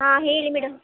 ಹಾಂ ಹೇಳಿ ಮೇಡಮ್